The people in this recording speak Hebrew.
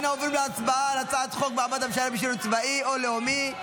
אנו עוברים להצבעה על הצעת חוק מעמד המשרת בשירות צבאי או לאומי,